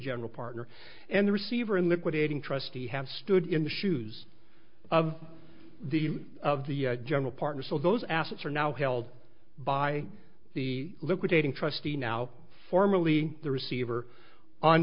general partner and the receiver and liquidating trustee have stood in the shoes of the of the general partner so those assets are now held by the liquidating trustee now formally the receiver on